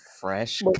fresh